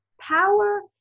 power